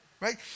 right